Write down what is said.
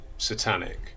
satanic